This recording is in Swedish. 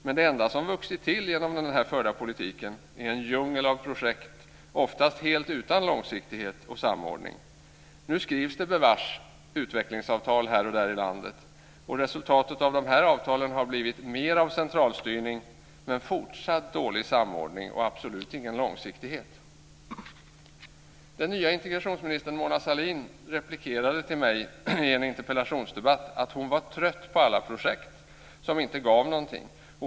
Men det enda som vuxit till genom den förda politiken är en djungel av projekt, oftast helt utan långsiktighet och samordning. Nu skrivs det bevars utvecklingsavtal här och där i landet. Resultatet av de här avtalen har blivit mer av centralstyrning men fortsatt dålig samordning och absolut ingen långsiktighet. Den nya integrationsministern Mona Sahlin replikerade till mig i en interpellationsdebatt att hon var trött på alla projekt som inte gav någonting.